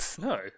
No